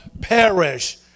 perish